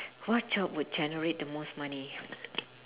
what job would generate the most money